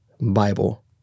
Bible